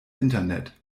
internet